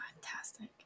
Fantastic